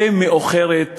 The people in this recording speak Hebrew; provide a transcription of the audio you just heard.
ומאוחרת מדי.